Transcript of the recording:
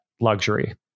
luxury